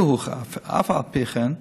אף על פי כן,